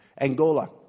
Angola